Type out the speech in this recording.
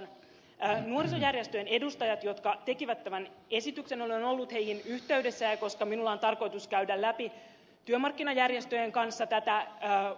olen ollut yhteydessä nuorisojärjestöjen edustajiin jotka tekivät tämän esityksen ja koska minulla on tarkoitus käydä läpi työmarkkinajärjestöjen kanssa tätä